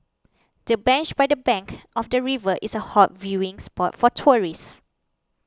the bench by the bank of the river is a hot viewing spot for tourists